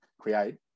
create